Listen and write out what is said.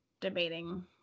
debating